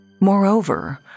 Moreover